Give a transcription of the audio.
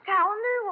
Calendar